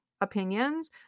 opinions